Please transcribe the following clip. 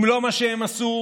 אם לא מה שהם עשו,